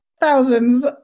thousands